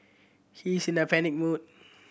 he is in a panic mode